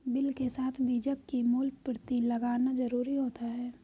bill के साथ बीजक की मूल प्रति लगाना जरुरी होता है